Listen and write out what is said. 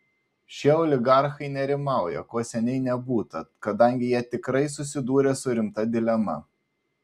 šie oligarchai nerimauja ko seniai nebūta kadangi jie tikrai susidūrė su rimta dilema